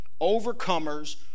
Overcomers